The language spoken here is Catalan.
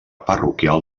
parroquial